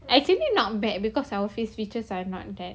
actually not because our face features are not that